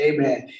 Amen